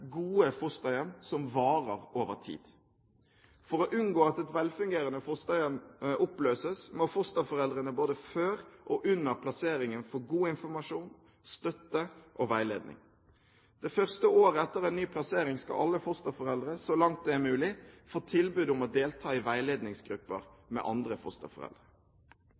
gode fosterhjem som varer over tid. For å unngå at et velfungerende fosterhjem oppløses, må fosterforeldrene både før og under plasseringen få god informasjon, støtte og veiledning. Det første året etter en ny plassering skal alle fosterforeldre, så langt det er mulig, få tilbud om å delta i veiledningsgrupper med andre fosterforeldre.